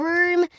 Room